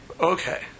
Okay